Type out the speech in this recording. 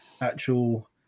actual